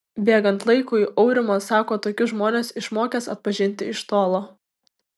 bėgant laikui aurimas sako tokius žmones išmokęs atpažinti iš tolo